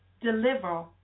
deliver